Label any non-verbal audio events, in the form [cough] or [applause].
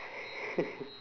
[laughs]